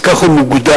וכך הוא מוגדר,